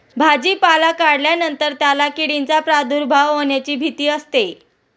भाजीपाला काढल्यानंतर त्याला किडींचा प्रादुर्भाव होण्याची भीती असते